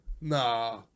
nah